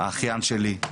האחיין שלי,